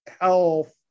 health